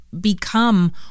become